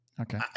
Okay